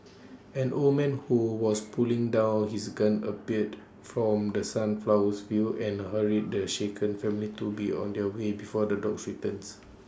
an old man who was putting down his gun appeared from the sunflowers fields and hurried the shaken family to be on their way before the dogs returns